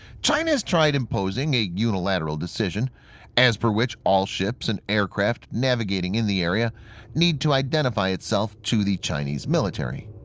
china has tried imposing a unilateral decision as per which all ships and aircraft navigating in the area need to identify itself to the chinese military.